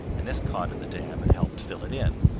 and this caught in the dam and helped fill it in.